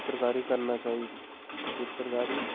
चित्रकारी करना चाहिदी ते चित्रकारी